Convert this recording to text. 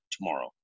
tomorrow